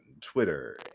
Twitter